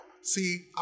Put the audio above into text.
See